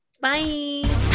bye